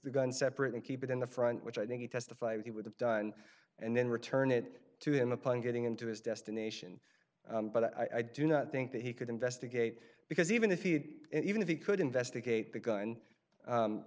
gun separate and keep it in the front which i think he testified he would have done and then return it to him upon getting into his destination but i do not think that he could investigate because even if he'd even if he could investigate the gun